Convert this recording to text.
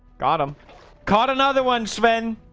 got him caught another one spin